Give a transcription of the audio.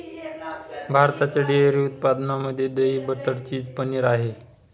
भारताच्या डेअरी उत्पादनामध्ये दही, बटर, चीज, पनीर आहे